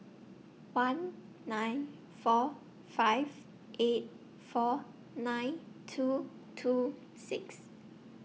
one nine four five eight four nine two two six